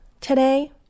today